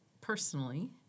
personally